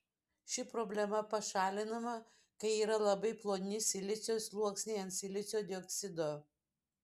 ši problema pašalinama kai yra labai ploni silicio sluoksniai ant silicio dioksido